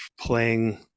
playing